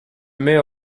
mets